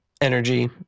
energy